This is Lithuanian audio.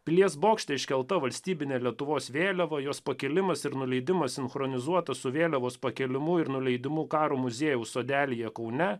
pilies bokšte iškelta valstybinė lietuvos vėliava jos pakilimas ir nuleidimas sinchronizuotas su vėliavos pakėlimu ir nuleidimu karo muziejaus sodelyje kaune